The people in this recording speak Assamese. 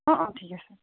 অ অ ঠিক আছে